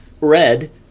red